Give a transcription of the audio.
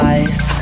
Eyes